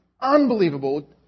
unbelievable